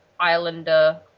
islander